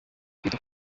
kwita